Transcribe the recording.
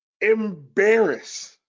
embarrass